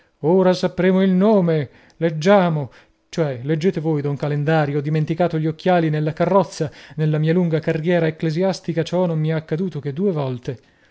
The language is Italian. ora sapremo il nome leggiamo cioè leggete voi don calendario ho dimenticato gli occhiali nella carrozza nella mia lunga carriera ecclesiastica ciò non mi è accaduto che due volte